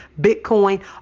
Bitcoin